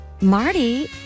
Marty